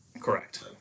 Correct